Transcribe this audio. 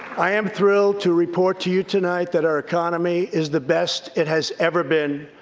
i am thrilled to report to you tonight that our economy is the best it has ever been.